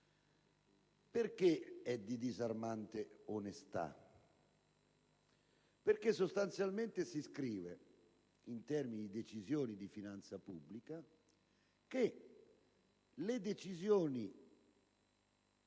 Perché è di una disarmante onestà? Perché sostanzialmente si scrive, in termini di decisioni di finanza pubblica, che le decisioni